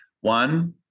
One